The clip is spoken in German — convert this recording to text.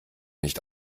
nicht